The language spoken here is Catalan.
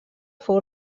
fou